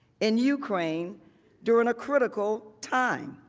in ukraine during a critical time.